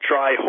Try